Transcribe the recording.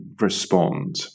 respond